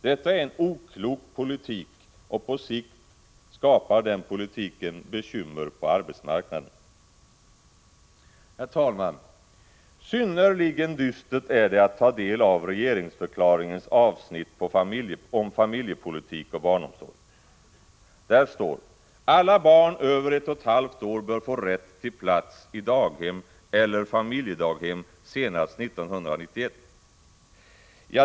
Detta är en oklok politik, och på sikt skapar den politiken bekymmer på arbetsmarknaden. Herr talman! Synnerligen dystert är det att ta del av regeringsförklaringens avsnitt om familjepolitik och barnomsorg. Där står det att alla barn över ett och ett halvt år bör få rätt till plats i daghem eller familjedaghem senast 1991.